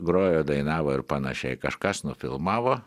grojo dainavo ir panašiai kažkas nufilmavo